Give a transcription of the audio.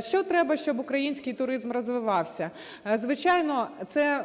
Що треба, щоб український туризм розвився? Звичайно це